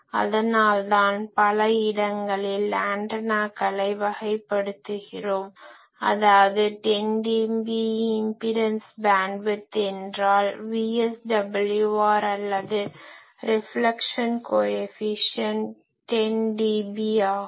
அதனால்தான் பல இடங்களில் ஆன்டனாக்களை வகைப்படுத்துகிறோம் அதாவது 10dB இம்பிடன்ஸ் பேன்ட்விட்த் என்றால் VSWR அல்லது ரிஃப்லக்ஷன் கோயெஃபிஷியன்ட் 10dB என்பதாகும்